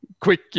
quick